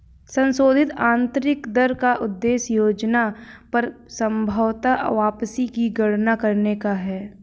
संशोधित आंतरिक दर का उद्देश्य योजना पर संभवत वापसी की गणना करने का है